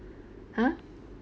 ha